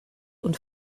und